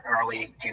early